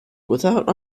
without